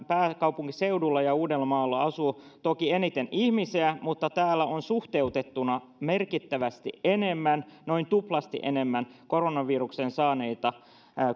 pääkaupunkiseudulla ja uudellamaalla asuu toki eniten ihmisiä mutta täällä on suhteutettuna merkittävästi enemmän noin tuplasti enemmän koronaviruksen saaneita